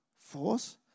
force